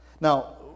Now